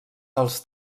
als